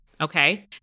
Okay